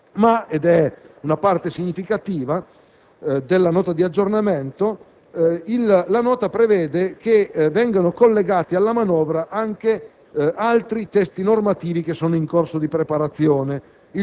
(ed è una parte significativa della Nota di aggiornamento), la Nota prevede che vengano collegati alla manovra anche altri testi normativi in corso di preparazione: